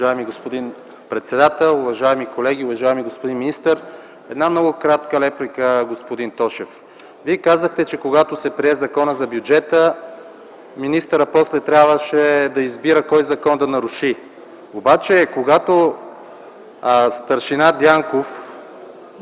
Вие казахте, че когато се прие Законът за бюджета, министърът после трябваше да избира кой закон да наруши. Обаче когато старшина Дянков